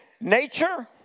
nature